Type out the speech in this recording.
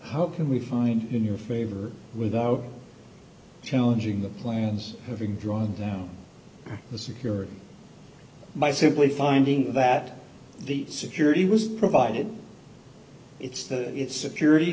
how can we find in your favor without challenging the plans having drawn down the security by simply finding that the security was provided it's that it's security